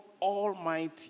Almighty